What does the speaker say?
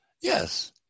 Yes